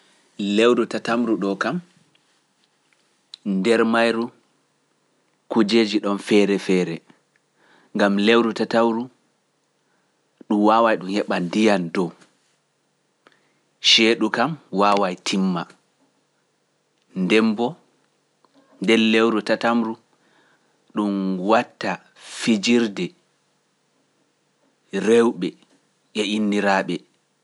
Lewru tatamru ɗo kam nder mayru kujeeji ɗon feere feere, ngam lewru tatawru ɗum wawa be rewɓe e inniraaɓe.